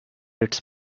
its